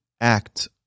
act